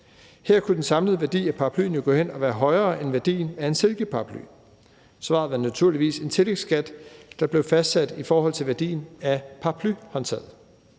Her kunne den samlede værdi af paraplyen jo gå hen og være højere end værdien af en silkeparaply. Svaret var naturligvis en tillægsskat, der blev fastsat i forhold til værdien af paraplyhåndtaget.